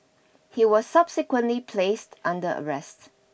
he was subsequently placed under arrest